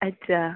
अच्छा